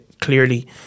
clearly